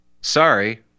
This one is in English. Sorry